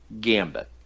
Gambit